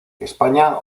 españa